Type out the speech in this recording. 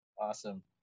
Awesome